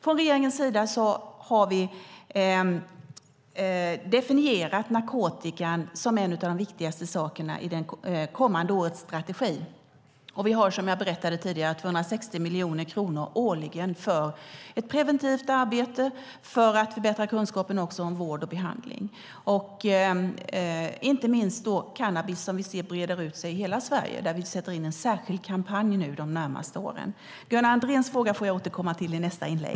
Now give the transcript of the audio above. Från regeringens sida har vi definierat narkotikabekämpningen som en av de viktigaste sakerna i det kommande årets strategi. Vi har, som jag berättade tidigare, 260 miljoner kronor årligen för ett preventivt arbete och för att förbättra kunskapen också om vård och behandling. Vi ser att inte minst cannabis breder ut sig över hela Sverige. Där sätter vi in en särskild kampanj de närmaste åren. Gunnar Andréns fråga får jag återkomma till i nästa inlägg.